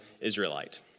Israelite